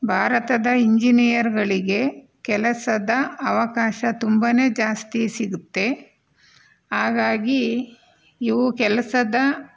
ಭಾರತದ ಇಂಜಿನಿಯರ್ಗಳಿಗೆ ಕೆಲಸದ ಅವಕಾಶ ತುಂಬನೇ ಜಾಸ್ತಿ ಸಿಗುತ್ತೆ ಹಾಗಾಗಿ ಇವು ಕೆಲಸದ